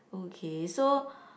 okay so